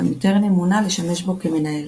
ומיטרני מונה לשמש בו כמנהל.